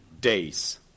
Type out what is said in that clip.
days